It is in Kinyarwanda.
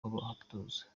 kw’abatoza